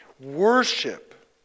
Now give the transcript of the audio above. Worship